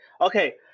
okay